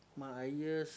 my years